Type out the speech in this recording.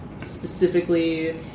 specifically